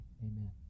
amen